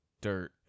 dirt